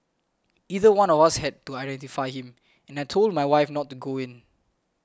either one of us had to identify him and I told my wife not to go in